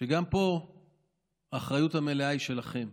שגם פה האחריות המלאה היא שלכם.